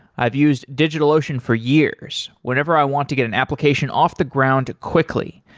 i've used digitalocean for years whenever i want to get an application off the ground quickly,